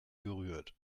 gerührt